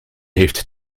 heeft